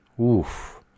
Oof